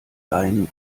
laien